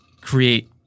create